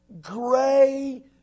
gray